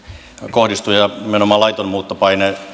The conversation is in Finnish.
kohdistuu ja nimenomaan laiton muuttopaine